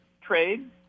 trade